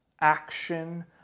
action